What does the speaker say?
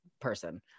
person